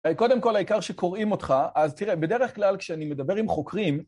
קודם כל, העיקר שקוראים אותך, אז תראה, בדרך כלל כשאני מדבר עם חוקרים,